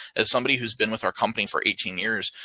as somebody who's been with our company for eighteen years,